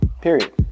Period